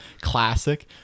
classic